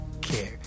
care